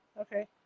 okay